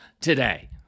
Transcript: today